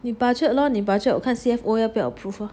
你 budget lor 我看 C_F_O 要不要 approve lor